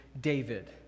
David